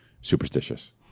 superstitious